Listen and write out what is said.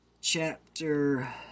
chapter